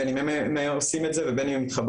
בין אם הם עושים את זה ובין אם הם מתחברים